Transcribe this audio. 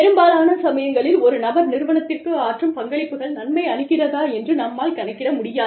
பெரும்பாலான சமயங்களில் ஒரு நபர் நிறுவனத்திற்கு ஆற்றும் பங்களிப்புகள் நன்மை அளிக்கிறதா என்று நம்மால் கணக்கிட முடியாது